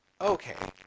Okay